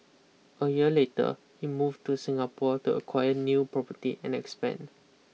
a year later he move to Singapore to acquire new property and expand